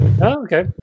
okay